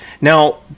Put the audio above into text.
Now